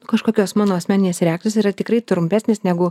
kažkokios mano asmeninės reakcijos yra tikrai trumpesnis negu